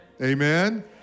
Amen